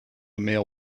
male